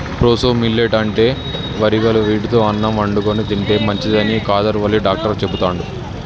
proso millet అంటే వరిగలు వీటితో అన్నం వండుకొని తింటే మంచిదని కాదర్ వల్లి డాక్టర్ చెపుతండు